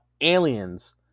aliens